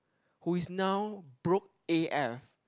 who is now broke A_F